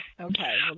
Okay